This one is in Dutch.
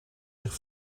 zich